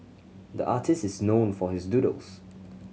the artist is known for his doodles